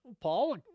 Paul